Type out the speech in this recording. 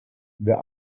wer